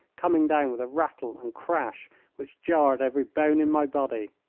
coming down with a rattle and crash which jarred every bone in my body.